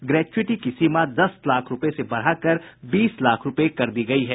gratuity की सीमा दस लाख रुपये से बढ़ाकर बीस लाख रुपये कर दी गयी है